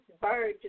bird